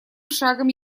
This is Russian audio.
шагом